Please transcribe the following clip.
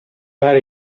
where